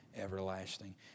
everlasting